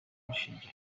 rushinja